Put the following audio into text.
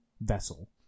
vessel